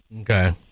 Okay